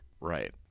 Right